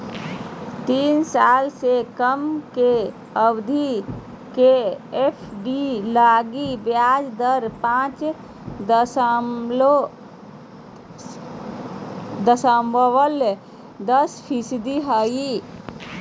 तीन साल से कम के अवधि के एफ.डी लगी ब्याज दर पांच दशमलब दस फीसदी हइ